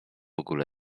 ogóle